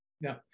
No